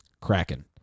kraken